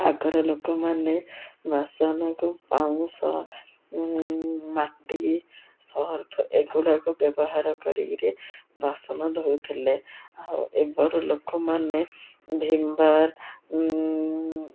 ଆଗରେ ଲୋକମାନେ ବାସନକୁ ପାଉଁଶ ମାଟି ସର୍ଫ ଏଗୁଡ଼ାକ ବ୍ୟବହାର କରିକିରି ବାସନ ଧୋଉଥିଲେ ଆଉ ଏବର ଲୋକମାନେ ଭୀମ୍ ବାର୍